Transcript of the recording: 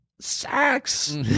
sex